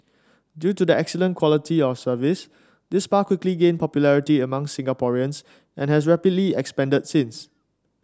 due to the excellent quality of service this spa quickly gained popularity amongst Singaporeans and has rapidly expanded since